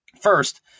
First